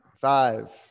five